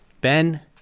Ben